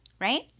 right